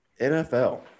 NFL